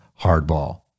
hardball